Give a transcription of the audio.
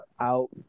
out